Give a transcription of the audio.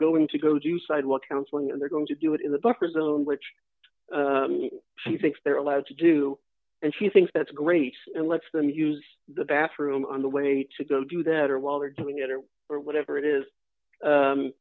going to go do sidewalk counseling and they're going to do it in the buffer zone which she thinks they're allowed to do and she thinks that's great and lets them use the bathroom on the way to go do that or while they're doing it or whatever it is